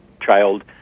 child